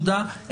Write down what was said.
תודה.